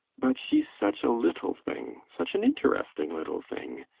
but she's such a little thing such an interesting little thing.